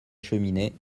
cheminée